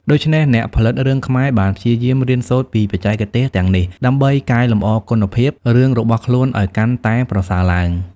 ដូច្នេះ អ្នកផលិតរឿងខ្មែរបានព្យាយាមរៀនសូត្រពីបច្ចេកទេសទាំងនេះដើម្បីកែលម្អគុណភាពរឿងរបស់ខ្លួនឲ្យកាន់តែប្រសើរឡើង។